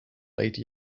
late